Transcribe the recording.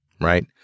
right